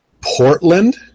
Portland